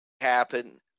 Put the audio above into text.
happen